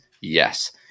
Yes